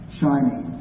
shining